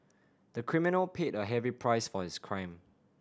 the criminal paid a heavy price for his crime